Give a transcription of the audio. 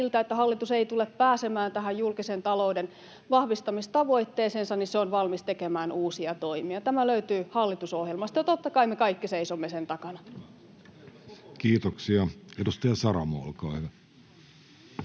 että hallitus ei tule pääsemään tähän julkisen talouden vahvistamistavoitteeseensa, niin se on valmis tekemään uusia toimia. Tämä löytyy hallitusohjelmasta, ja totta kai me kaikki seisomme sen takana. [Antti Lindtman: No hyvä,